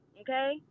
Okay